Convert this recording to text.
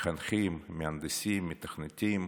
מחנכים, מהנדסים, מתכנתים,